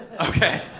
Okay